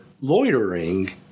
loitering